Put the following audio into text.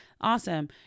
awesome